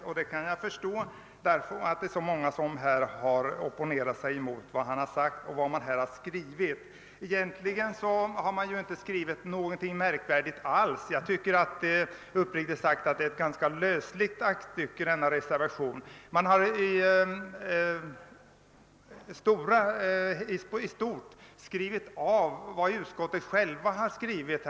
Jag kan förstå att han behövt göra det när det är så många, som här har opponerat sig mot vad han har sagt och vad man har skrivit i reservationen. Egentligen har man inte skrivit något märkvärdigt alls i reservationen. Jag tycker uppriktigt sagt att denna reservation utgör ett ganska lösligt aktstycke. Man har i stort sett skrivit av vad utskottet självt har skrivit.